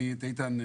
אני את איתן מכבד.